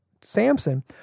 Samson